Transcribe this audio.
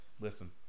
Listen